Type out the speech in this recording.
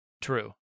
True